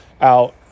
out